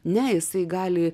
ne jisai gali